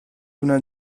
una